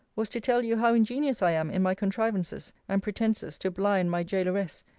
was to tell you how ingenious i am in my contrivances and pretences to blind my gaoleress,